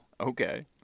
okay